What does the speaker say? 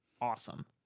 awesome